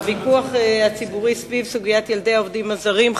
הוויכוח הציבורי בסוגיית ילדי העובדים הזרים.